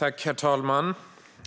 Herr talman!